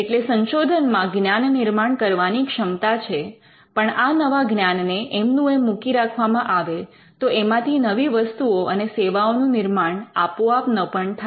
એટલે સંશોધનમાં જ્ઞાન નિર્માણ કરવાની ક્ષમતા છે પણ આ નવા જ્ઞાનને એમનું એમ મૂકી રાખવામાં આવે તો એમાંથી નવી વસ્તુઓ અને સેવાઓનું નિર્માણ આપોઆપ ન પણ થાય